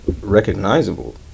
recognizable